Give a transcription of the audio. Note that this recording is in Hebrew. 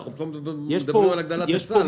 אנחנו מדברים פה על הגדלת היצע.